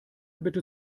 bitte